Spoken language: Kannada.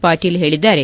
ಪಾಟೀಲ್ ಹೇಳಿದ್ದಾರೆ